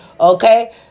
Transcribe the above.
okay